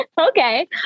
okay